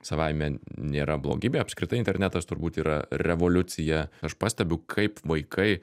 savaime nėra blogybė apskritai internetas turbūt yra revoliucija aš pastebiu kaip vaikai